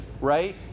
right